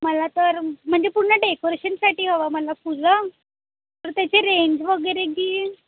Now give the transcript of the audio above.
मला तर म्हणजे पूर्ण डेकोरेशनसाठी हवं मला फुलं तर त्याची रेंज वगैरे की